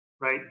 right